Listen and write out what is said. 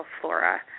flora